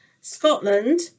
Scotland